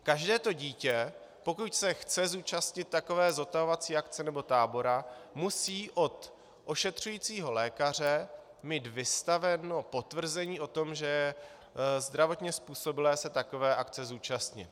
Každé to dítě, pokud se chce zúčastnit takové zotavovací akce nebo tábora, musí od ošetřujícího lékaře mít vystaveno potvrzení o tom, že je zdravotně způsobilé se takové akce zúčastnit.